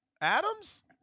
Adams